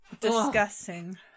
Disgusting